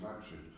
action